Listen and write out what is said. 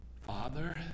Father